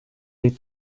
des